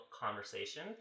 conversation